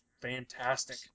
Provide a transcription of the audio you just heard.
fantastic